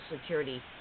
Security